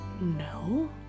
no